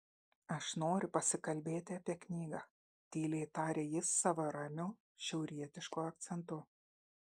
aš noriu pasikalbėti apie knygą tyliai taria jis savo ramiu šiaurietišku akcentu